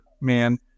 man